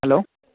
hello